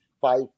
five